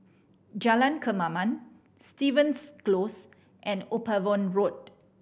Jalan Kemaman Stevens Close and Upavon Road